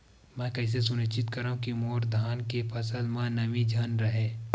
मैं कइसे सुनिश्चित करव कि मोर धान के फसल म नमी झन रहे?